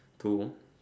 two